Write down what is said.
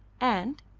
and,